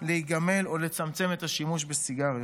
להיגמל או לצמצם את השימוש בסיגריות.